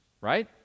right